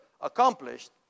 accomplished